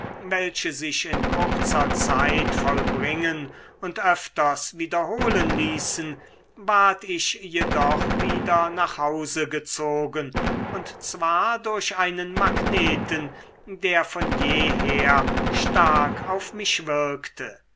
welche sich in kurzer zeit vollbringen und öfters wiederholen ließen ward ich jedoch wieder nach hause gezogen und zwar durch einen magneten der von jeher stark auf mich wirkte